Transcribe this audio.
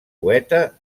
poeta